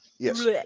Yes